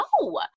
no